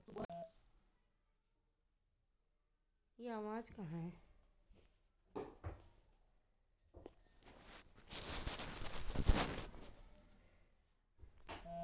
सरकार उद्यमशीलता के बढ़ावे खातीर कईगो प्रयास करत बिया